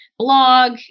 blog